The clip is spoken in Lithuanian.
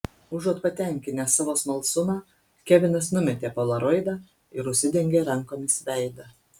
užuot patenkinęs savo smalsumą kevinas numetė polaroidą ir užsidengė rankomis veidą